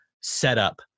setup